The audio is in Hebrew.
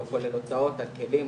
לא כולל הוצאות על כלים,